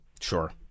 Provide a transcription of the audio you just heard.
Sure